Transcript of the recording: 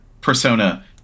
persona